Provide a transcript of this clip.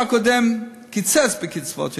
הקודם קיצץ בקצבאות הילדים.